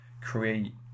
create